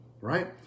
right